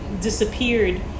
disappeared